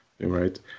Right